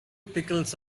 pickles